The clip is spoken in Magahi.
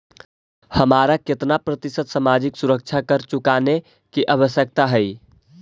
हमारा केतना प्रतिशत सामाजिक सुरक्षा कर चुकाने की आवश्यकता हई